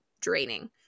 draining